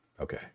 Okay